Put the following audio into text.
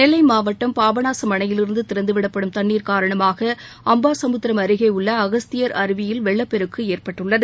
நெல்லை மாவட்டம் பாபநாசம் அணையிலிருந்து திறந்து விடப்படும் தண்ணீர் காரணமாக அம்பாசமுத்திரம் அருகே உள்ள அகஸ்தியர் அருவியில் வெள்ளப்பெருக்கு ஏற்பட்டுள்ளது